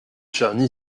charny